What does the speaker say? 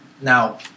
now